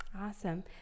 Awesome